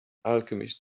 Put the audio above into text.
alchemist